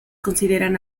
consideran